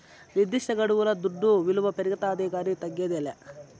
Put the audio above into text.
నిర్దిష్టగడువుల దుడ్డు విలువ పెరగతాదే కానీ తగ్గదేలా